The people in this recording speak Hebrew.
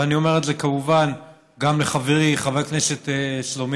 ואני אומר את זה כמובן גם לחברי חבר הכנסת סלומינסקי,